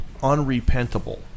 unrepentable